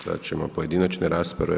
Sad ćemo pojedinačne rasprave.